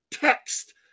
text